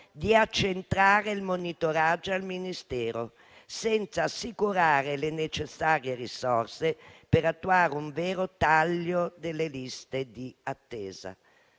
di accentrare il monitoraggio al Ministero, senza assicurare le necessarie risorse per attuare un vero taglio delle liste di attesa.